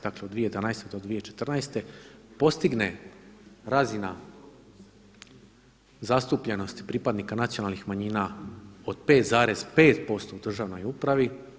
Dakle, od 2011. do 2014. postigne razina zastupljenosti pripadnika nacionalnih manjina od 5,5% u državnoj upravi.